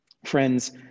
Friends